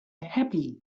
happy